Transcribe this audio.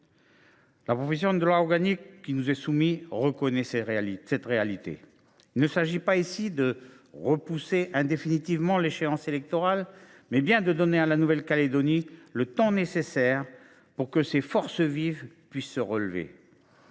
La proposition de loi organique qui nous est soumise reconnaît cette réalité. Il ne s’agit ici non pas de repousser indéfiniment l’échéance électorale, mais bien de donner à la Nouvelle Calédonie le temps nécessaire pour que ses forces vives puissent se relever,